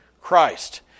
Christ